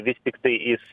vis tiktai jis